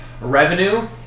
revenue